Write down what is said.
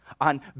on